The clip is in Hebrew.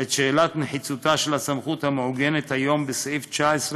את שאלת נחיצותה של הסמכות המעוגנת היום בסעיף 19